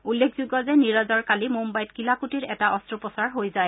উল্লেখযোগ্য যে নিৰজৰ কালি মুঘাইত কিলাকূটিৰ এটা অলোপ্ৰচাৰ হৈ যায়